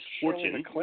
Fortune